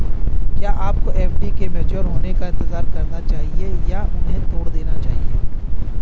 क्या आपको एफ.डी के मैच्योर होने का इंतज़ार करना चाहिए या उन्हें समय से पहले तोड़ देना चाहिए?